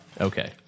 Okay